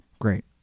Great